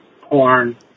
porn